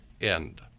end